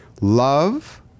Love